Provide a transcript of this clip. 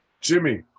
jimmy